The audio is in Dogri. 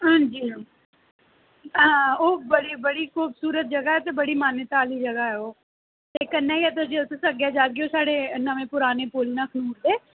हां जी हां जी हां जी बिल्कुल बिल्कुल